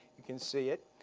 you can see it.